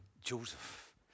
Joseph